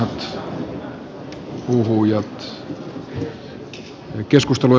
arvoisa puhemies